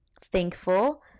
thankful